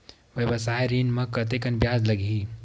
व्यवसाय ऋण म कतेकन ब्याज लगही?